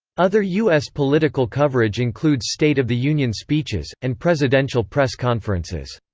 other u s. political coverage includes state of the union speeches, and presidential press conferences.